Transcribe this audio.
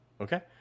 Okay